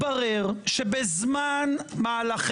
בהתערבות שעדיין יכלה ל --- לא,